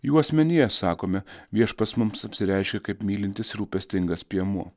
jų asmenyje sakome viešpats mums apsireiškė kaip mylintis ir rūpestingas piemuo